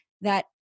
that-